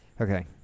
Okay